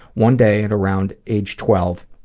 one day at around age twelve,